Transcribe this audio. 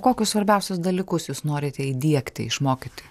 kokius svarbiausius dalykus jūs norite įdiegti išmokyti